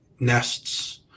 nests